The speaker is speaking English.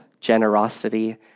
generosity